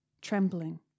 trembling